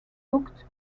booked